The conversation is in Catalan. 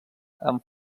amb